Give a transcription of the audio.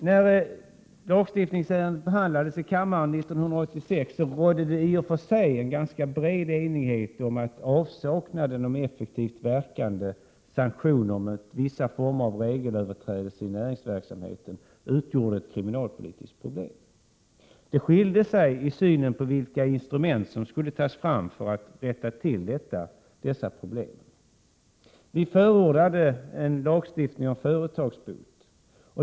När lagstiftningsärendet behandlades i kammaren 1986 rådde det i och för sig en ganska bred enighet om att avsaknaden av effektivt verkande sanktioner mot vissa former av regelöverträdelse i näringsverksamhet utgjorde ett kriminalpolitiskt problem. Man skilde sig åt när det gäller synen på vilka instrument som skulle användas för att lösa dessa problem. Vi förordade en lagstiftning om företagsbot.